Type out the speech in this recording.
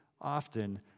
often